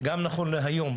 גם נכון להיום.